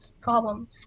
problem